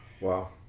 wow